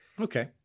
Okay